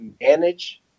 manage